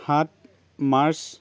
সাত মাৰ্চ